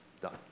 done